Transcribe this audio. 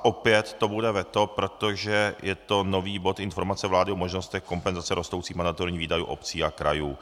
Opět to bude veto, protože je to nový bod Informace vlády o možnostech kompenzace rostoucích mandatorních výdajů obcí a krajů.